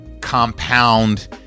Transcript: compound